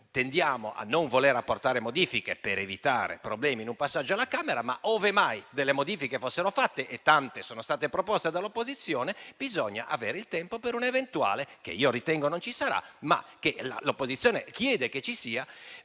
tendiamo a non voler apportare modifiche per evitare problemi in un ulteriore passaggio alla Camera, ma, ove mai delle modifiche fossero fatte - tante sono state proposte dall'opposizione - bisogna avere il tempo per un eventuale ulteriore passaggio, che comunque ritengo non ci sarà, ma che l'opposizione chiede che ci sia.